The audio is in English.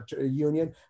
union